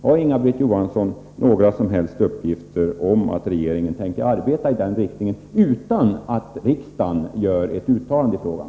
Har Inga-Britt Johansson några som helst uppgifter om att regeringen tänker arbeta i den riktningen utan att riksdagen gör något uttalande i frågan?